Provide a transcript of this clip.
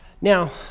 Now